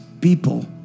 people